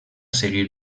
seguir